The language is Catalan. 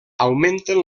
augmenten